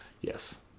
Yes